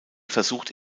versucht